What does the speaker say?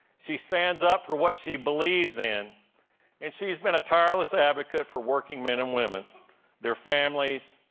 she stands up for what she believes in and she's been a tireless advocate for working men and women their families,